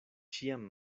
ĉiam